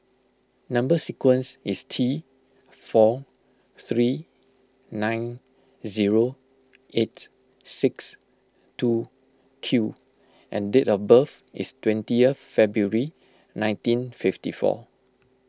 Number Sequence is T four three nine zero eight six two Q and date of birth is twenty February nineteen fifty four